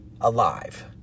alive